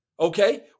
Okay